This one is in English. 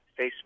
Facebook